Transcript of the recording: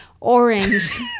Orange